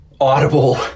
Audible